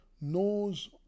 knows